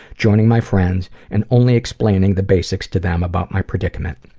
joining my friends, and only explaining the basics to them about my predicament.